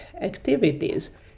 activities